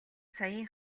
саяын